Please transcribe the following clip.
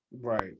Right